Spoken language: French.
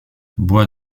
bois